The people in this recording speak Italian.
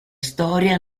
storia